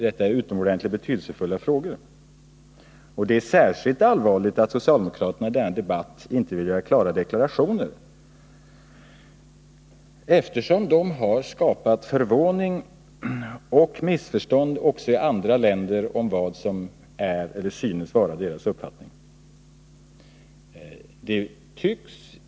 Detta är alltså utomordentligt betydelsefulla frågor. Att socialdemokraterna inte vill göra klara deklarationer i denna debatt är särskilt allvarligt, eftersom de också i andra länder skapat förvåning och missförstånd när det gäller vad som är deras uppfattning.